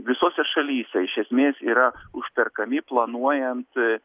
visose šalyse iš esmės yra užperkami planuojant